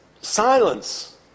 Silence